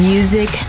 Music